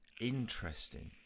interesting